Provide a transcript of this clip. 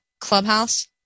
Clubhouse